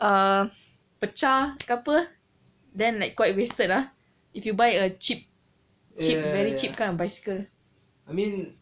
ah pecah ke apa then like quite wasted lah if you buy a cheap very cheap kind of bicycle